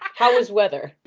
how his weather?